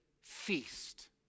feast